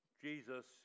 Jesus